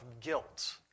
guilt